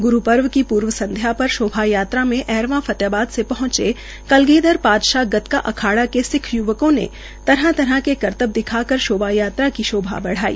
ग्रूपर्व की पूर्व संध्या पर शोभा यात्रा में अहखां फतेहाबाद से पहंचे कलगीधर पातशाह गतका अखाड़ा के सिक्ख युवकों ने तरह तरह के करतब दिखाकर शोभा यात्रा बढ़ाई